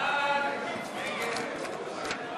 ההסתייגויות לסעיף